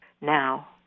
now